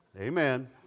Amen